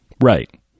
Right